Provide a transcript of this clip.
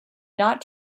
not